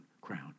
crown